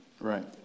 Right